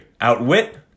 Outwit